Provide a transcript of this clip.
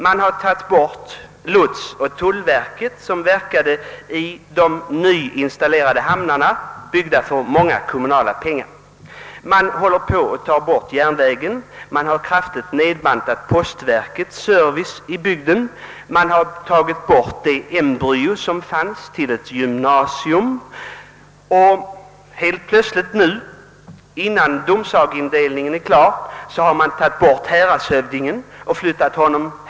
Man har dragit in lotsoch tullverket, som verkade i de nyinstallerade hamnarna byggda för stora kommunala pengar. Man håller vidare på att lägga ner järnvägen, man har nedbantat postverkets service i bygden, man har avskaffat det embryo till gymnasium, som fanns i Simrishamn och plötsligt nu innan domsageindelningen är klar helt enkelt flyttat bort häradshövdingen ur domsagan ut ur länet.